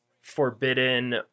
forbidden